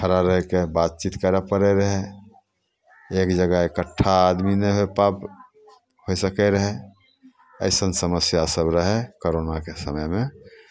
खड़ा रहि कऽ बातचीत करय पड़ैत रहै एक जगह इकट्ठा आदमी नहि होय पाबि होय सकैत रहै अइसन समस्या सभ रहै करोनाके समयमे